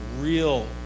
real